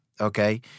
Okay